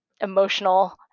emotional